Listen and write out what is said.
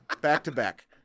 Back-to-back